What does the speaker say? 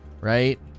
right